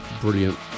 brilliant